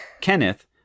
Kenneth